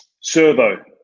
servo